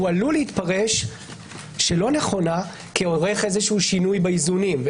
הוא עלול להתפרש שלא נכונה כעורך איזשהו שינוי באיזונים,